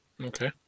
Okay